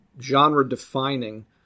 genre-defining